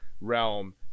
realm